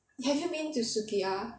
have you been to sukiya